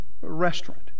restaurant